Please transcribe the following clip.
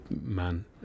man